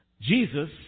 Jesus